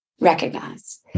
recognize